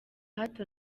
hato